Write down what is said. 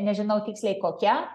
nežinau tiksliai kokia